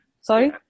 Sorry